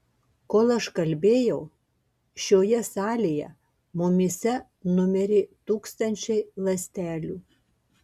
kol aš kalbėjau šioje salėje mumyse numirė tūkstančiai ląstelių